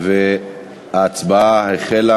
שהיא מיושנת וכללית,